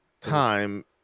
time